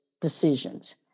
decisions